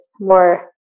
more